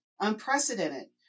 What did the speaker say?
Unprecedented